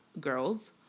girls